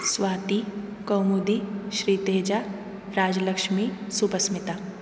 Swati Kaumudi Sriteja Rajalakshmi Subhasmita